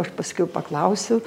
aš paskiau paklausiu